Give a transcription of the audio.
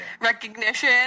recognition